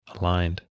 aligned